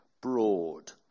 broad